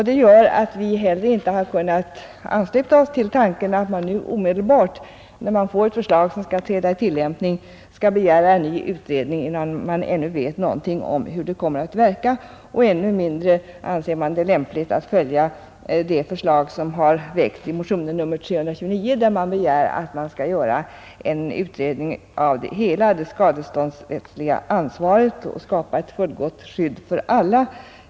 Det gör att utskottsmajoriteten inte heller kunnat ansluta sig till tanken att man nu omedelbart när denna reform skall träda i tillämpning och innan man vet hur den kommer att verka skulle begära en ny utredning. Ännu mindre anser utskottet det lämpligt att följa det förslag som framlagts i motionen 329, där det begärs en utredning av hela det skadeståndsrättsliga ansvaret i syfte att skapa ett fullgott skydd för alla.